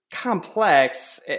complex